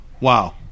wow